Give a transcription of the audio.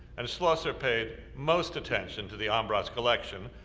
and schlosser paid most attention to the ambras collection,